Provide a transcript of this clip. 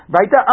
right